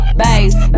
bass